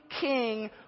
king